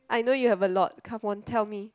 I know you have a lot come on tell me